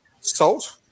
Salt